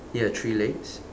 ya three legs